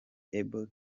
abel